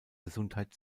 gesundheit